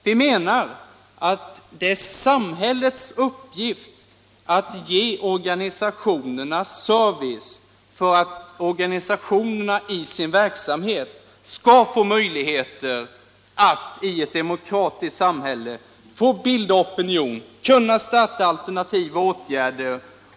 Vi menar att det är samhällets uppgift att ge organisationerna service för att de i sin verksamhet skall få möjligheter att i ett demokratiskt samhälle bilda opinion och vidta alternativa åtgärder.